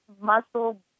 muscle